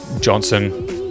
Johnson